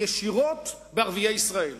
שפוגעים ישירות בערביי ישראל.